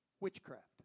witchcraft